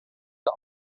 der